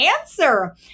answer